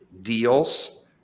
deals